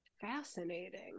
Fascinating